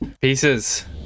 Pieces